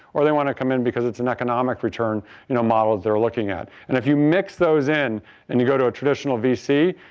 or they want to come in because it's an economic return you know model they were looking at. and if you mix those in and you go to a traditional vc,